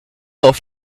auf